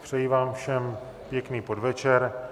Přeji vám všem pěkný podvečer.